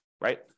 Right